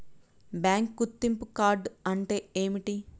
Bank గుర్తింపు card అంటే ఏమిటి?